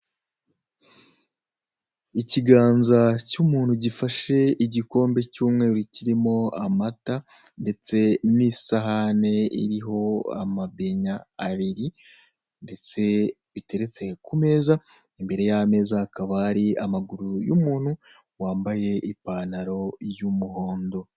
Ikiganza cy'umuntu gifashe igikombe cy'umweru kirimo amata, ndetse n'isahane iriho amabenya abiri, ndetse biteretse ku meza, imbere y'ameza hakaba hari amaguru y'umuntu wambaye ipantaro y'umuhondo.